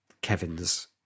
Kevin's